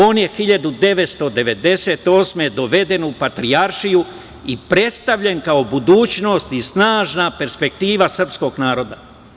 On je 1998. godine doveden u Patrijaršiju i predstavljen kao budućnost i snažna perspektiva srpskog naroda.